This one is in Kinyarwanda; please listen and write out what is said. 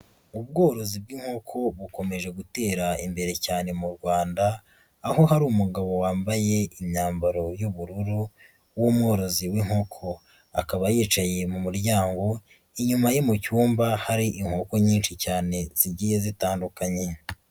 Ubworozi bw'inkoko bukomeje gutera imbere cyane mu Rwanda, aho hari umugabo wambaye imyambaro y'ubururu w'umworozi w'inkoko, akaba yicaye mu muryango inyuma ye mu cyumba hari inkoko nyinshi cyane zgiye zitandukanye.